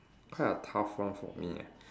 quite a tough one for me eh